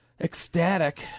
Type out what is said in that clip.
Ecstatic